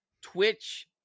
Twitch